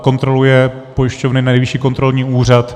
Kontroluje pojišťovny Nejvyšší kontrolní úřad.